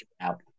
out